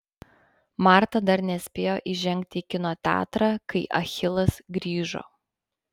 marta dar nespėjo įžengti į kino teatrą kai achilas grįžo